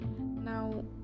now